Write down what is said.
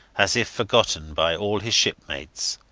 as if forgotten by all his shipmates.